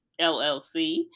LLC